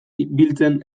biltzen